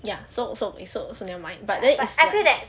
ya so so so so never mind but then it's like